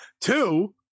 Two